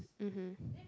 mmhmm